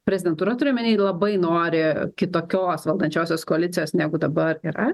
prezidentūra turiu omeny labai nori kitokios valdančiosios koalicijos negu dabar yra